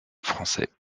français